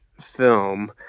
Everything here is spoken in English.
film